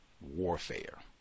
warfare